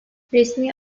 resmi